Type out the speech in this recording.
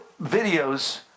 videos